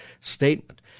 statement